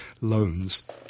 loans